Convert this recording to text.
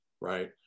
right